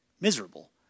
miserable